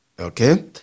okay